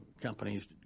companies